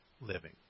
living